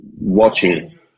watching